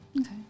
Okay